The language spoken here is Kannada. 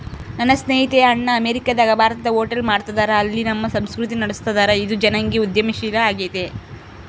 ನನ್ನ ಸ್ನೇಹಿತೆಯ ಅಣ್ಣ ಅಮೇರಿಕಾದಗ ಭಾರತದ ಹೋಟೆಲ್ ಮಾಡ್ತದರ, ಅಲ್ಲಿ ನಮ್ಮ ಸಂಸ್ಕೃತಿನ ನಡುಸ್ತದರ, ಇದು ಜನಾಂಗೀಯ ಉದ್ಯಮಶೀಲ ಆಗೆತೆ